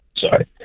Sorry